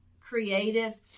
creative